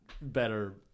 better